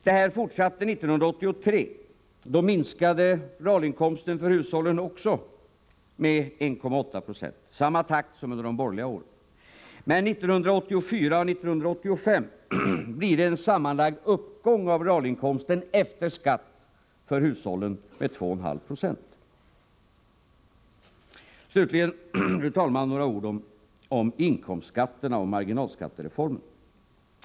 Detta fortsatte 1983. Då minskade realinkomsten för hushållen också med 1,8 96 — samma takt som under de borgerliga åren. Men 1984 och 1985 blir det en sammanlagd uppgång av realinkomsten efter skatt för hushållen med 2,5 I. Slutligen, fru talman, några ord om inkomstskatterna och marginalskattereformen.